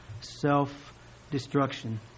self-destruction